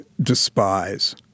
despise